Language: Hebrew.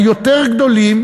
היותר-גדולים